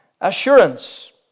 assurance